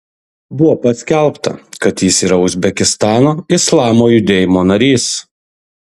buvo paskelbta kad jis yra uzbekistano islamo judėjimo narys